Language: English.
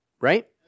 right